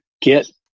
get